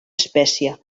espècie